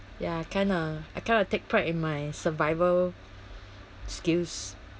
ya kind of I kind of take pride in my survival skills